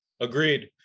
Agreed